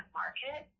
market